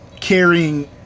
carrying